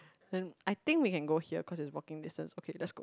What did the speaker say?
then I think we can go here cause it's walking distance okay let's go